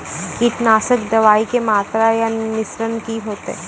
कीटनासक दवाई के मात्रा या मिश्रण की हेते?